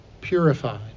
purified